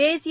தேசிய